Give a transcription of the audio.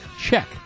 Check